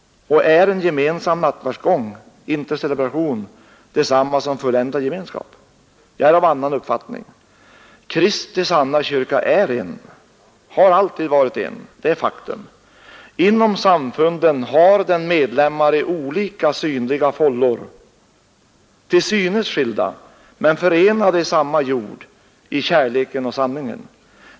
Och är en gemensam nattvardsgång. intercelebration, detsamma som fulländad gemenskap? Jag är av annan uppfattning. Kristi sanna kyrka är en, har alltid varit en. Det är faktum. Inom samfunden har den medlemmar i olika synliga fällor, till synes skilda men förenade i samma hjord, i kärleken och sanningen.